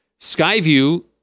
Skyview